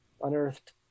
unearthed